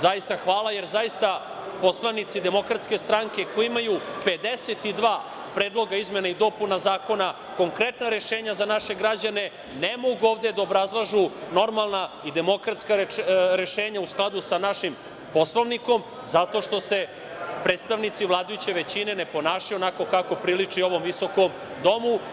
Zaista hvala, jer zaista poslanici Demokratske stranke koji imaju 52 Predloga izmena i dopuna zakona, konkretna rešenja za naše građane, ne mogu ovde da obrazlažu normalna i demokratska rešenja u skladu sa našim Poslovnikom zato što se predstavnici vladajuće većine ne ponašaju onako kako priliči ovom visokom Domu.